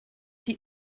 die